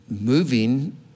moving